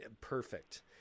perfect